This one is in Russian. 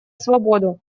свободу